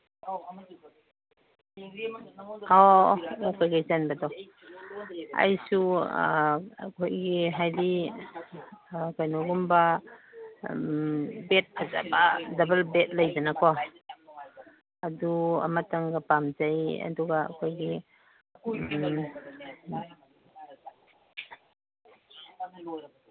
ꯍꯣ ꯀꯩꯀꯩ ꯆꯟꯕꯗꯣ ꯑꯩꯁꯨ ꯑꯩꯈꯣꯏꯒꯤ ꯍꯥꯏꯗꯤ ꯀꯩꯅꯣꯒꯨꯝꯕ ꯕꯦꯠ ꯐꯖꯕ ꯗꯕꯜ ꯕꯦꯠ ꯂꯦꯗꯅꯀꯣ ꯑꯗꯨ ꯑꯃꯇꯪꯒ ꯄꯥꯝꯖꯩ ꯑꯗꯨꯒ ꯑꯩꯈꯣꯏꯒꯤ